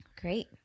great